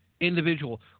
individual